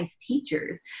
teachers